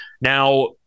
Now